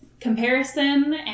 comparison